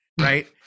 Right